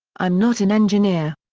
i'm not an engineer.